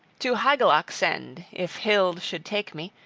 to hygelac send, if hild should take me,